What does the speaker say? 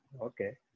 Okay